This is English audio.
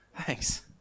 thanks